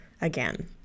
again